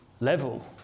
level